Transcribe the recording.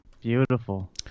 beautiful